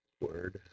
word